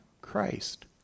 Christ